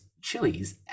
chilies